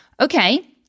okay